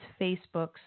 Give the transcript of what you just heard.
Facebook's